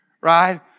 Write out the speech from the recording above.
right